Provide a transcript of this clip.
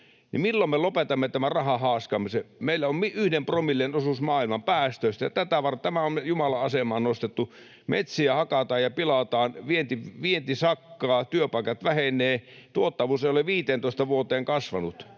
miljardia joka vuosi ylimääräistä menoa? Meillä on yhden promillen osuus maailman päästöistä, ja tämä on jumalan asemaan nostettu. Metsiä hakataan ja pilataan, vienti sakkaa, työpaikat vähenevät, ja tuottavuus ei ole 15 vuoteen kasvanut.